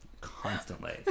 Constantly